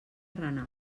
renau